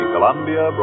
Columbia